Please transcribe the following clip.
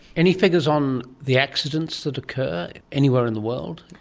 any figures on the accidents that occur anywhere in the world?